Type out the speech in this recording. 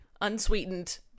unsweetened